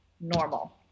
normal